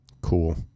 Cool